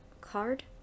card